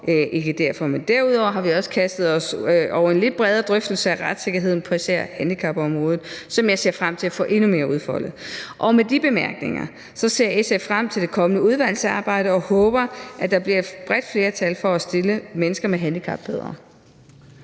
Indenrigsudvalget kastet os over en lidt bredere drøftelse af retssikkerheden på især handicapområdet, som jeg ser frem til at få endnu mere udfoldet. Med de bemærkninger ser SF frem til det kommende udvalgsarbejde og håber, at der bliver et bredt flertal for at stille mennesker med handicap bedre.